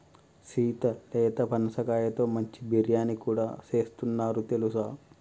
సీత లేత పనసకాయతో మంచి బిర్యానీ కూడా సేస్తున్నారు తెలుసా